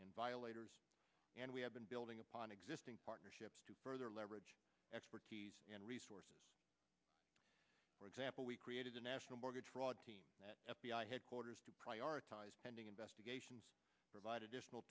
and violators and we have been building upon existing partnerships to further leverage expertise and resources for example we created a national mortgage fraud at f b i headquarters to prioritize pending investigations provide additional